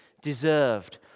deserved